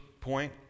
point